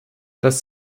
das